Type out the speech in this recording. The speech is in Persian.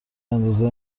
اندازه